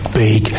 big